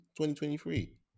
2023